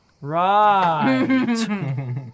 right